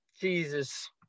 Jesus